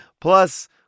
plus